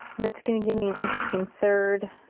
and it's gonna give me an interesting third